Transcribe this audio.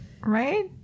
Right